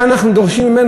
כאן אנחנו דורשים ממנו,